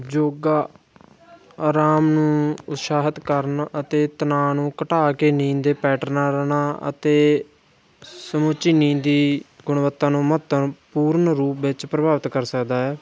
ਯੋਗਾ ਆਰਾਮ ਨੂੰ ਉਤਸ਼ਾਹਿਤ ਕਰਨ ਅਤੇ ਤਣਾਅ ਨੂੰ ਘਟਾ ਕੇ ਨੀਂਦ ਦੇ ਪੈਟਰਨਾਂ ਰਣਾ ਅਤੇ ਸਮੁੱਚੀ ਨੀਂਦ ਦੀ ਗੁਣਵੱਤਾ ਨੂੰ ਮਹੱਤਵਪੂਰਨ ਰੂਪ ਵਿੱਚ ਪ੍ਰਭਾਵਿਤ ਕਰ ਸਕਦਾ ਹੈ